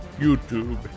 YouTube